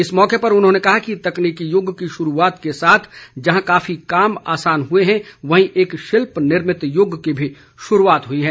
इस मौके पर उन्होंने कहा कि तकनीकी यूग की शुरूआत के साथ जहां काफी काम आसान हुए हैं वहीं एक शिल्प निर्मित युग की भी शुरूआत हुई है